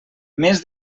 més